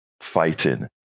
fighting